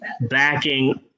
backing